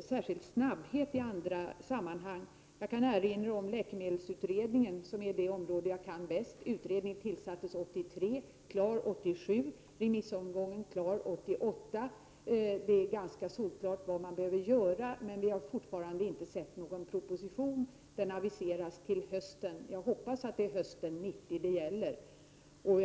särskild snabbhet i andra sammanhang. Jag kan erinra om läkemedelsutredningen, som är det område som jag kan bäst. Utredningen tillsattes 1983, den var klar 1987, och remissomgången var klar 1988. Det är ganska solklart vad som behöver göras, men vi har fortfarande inte sett någon proposition. Den aviseras till hösten. Jag hoppas att det är hösten 1990 som det gäller.